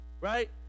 right